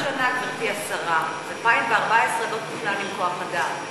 גברתי השרה, 2014 לא תוכננה עם כוח-אדם.